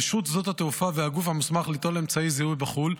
רשות שדות התעופה והגוף המוסמך ליטול אמצעי זיהוי בחו"ל,